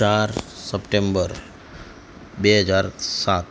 ચાર સપ્ટેમ્બર બે હજાર સાત